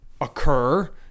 occur